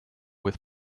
with